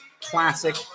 classic